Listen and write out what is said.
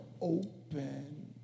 open